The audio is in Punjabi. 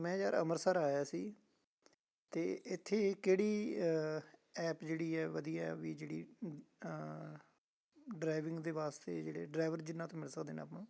ਮੈਂ ਯਾਰ ਅੰਮ੍ਰਿਤਸਰ ਆਇਆ ਸੀ ਅਤੇ ਇੱਥੇ ਕਿਹੜੀ ਐਪ ਜਿਹੜੀ ਹੈ ਵਧੀਆ ਵੀ ਜਿਹੜੀ ਡਰਾਈਵਿੰਗ ਦੇ ਵਾਸਤੇ ਜਿਹੜੇ ਡਰਾਈਵਰ ਜਿਨ੍ਹਾਂ ਤੋਂ ਮਿਲ ਸਕਦੇ ਨੇ ਆਪਾਂ